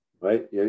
right